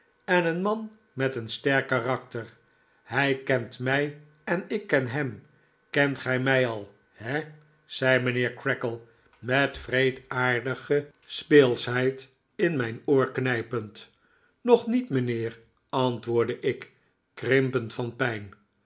en een man met een sterk karakter hij kent mij en ik ken hem kent gij mij al he zei mijnheer creakle met wreedaardige speelschheid in mijn oor knijpend nog niet mijnheer antwoordde ik krimpend van pijn